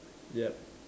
yup